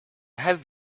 have